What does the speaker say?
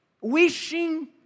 wishing